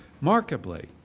markedly